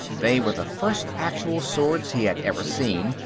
they were the first actual swords he had ever seen,